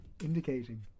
indicating